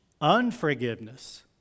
unforgiveness